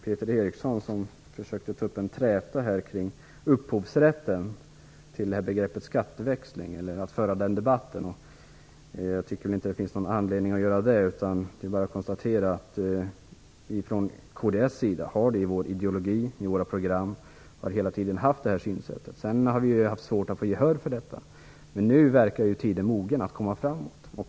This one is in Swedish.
Peter Eriksson försökte ta upp en träta och föra debatt kring upphovsrätten till begreppet skatteväxling. Det tycker jag inte att det finns någon anledning att göra. Det är bara att konstatera att vi i kds har detta med i vår ideologi och i våra program. Vi har hela tiden haft samma synsätt. Vi har haft svårt att få gehör för detta. Men nu verkar tiden vara mogen att komma framåt.